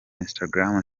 instagram